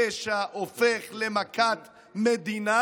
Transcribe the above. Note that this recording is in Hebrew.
שבו הפשע הופך למכת מדינה,